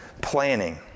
planning